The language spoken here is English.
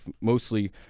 mostly